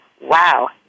wow